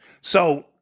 So-